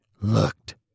looked